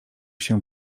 się